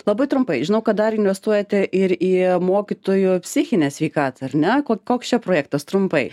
labai trumpai žinau kad dar investuojate ir į mokytojų psichinę sveikatą ar ne ko koks čia projektas trumpai